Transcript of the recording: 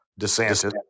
DeSantis